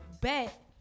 Bet